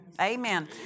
Amen